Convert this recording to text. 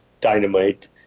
Dynamite